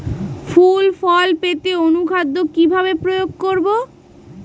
ফুল ফল পেতে অনুখাদ্য কিভাবে প্রয়োগ করব?